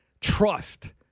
trust